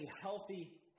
healthy